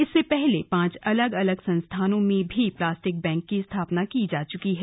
इससे पहले पांच अलग अलग संस्थानों में भी प्लास्टिक बैंक की स्थापना की जा चुकी है